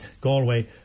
Galway